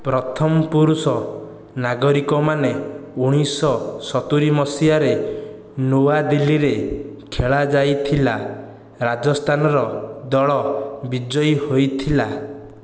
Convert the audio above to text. ପ୍ରଥମ ପୁରୁଷ ନାଗରିକମାନେ ଉଣେଇଶହ ସତୁରି ମସିହାରେ ନୂଆଦିଲ୍ଲୀରେ ଖେଳା ଯାଇଥିଲା ରାଜସ୍ଥାନର ଦଳ ବିଜୟୀ ହୋଇଥିଲା